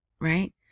right